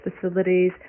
facilities